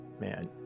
Man